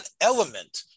element